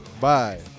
Bye